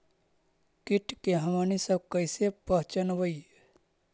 किट के हमनी सब कईसे पहचनबई?